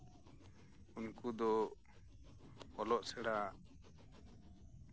ᱩᱱᱠᱩ ᱫᱚ ᱚᱞᱚᱜ ᱥᱮᱬᱟ